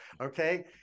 Okay